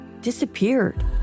disappeared